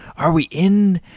are we in?